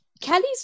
Kelly's